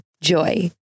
JOY